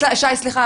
רגע, שי, סליחה.